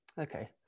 Okay